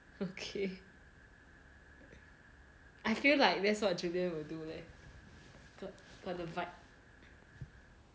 okay I feel like that's what julian will do leh got the vibe